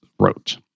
Wrote